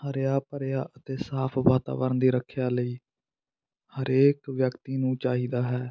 ਹਰਿਆ ਭਰਿਆ ਅਤੇ ਸਾਫ਼ ਵਾਤਾਵਰਨ ਦੀ ਰੱਖਿਆ ਲਈ ਹਰੇਕ ਵਿਅਕਤੀ ਨੂੰ ਚਾਹੀਦਾ ਹੈ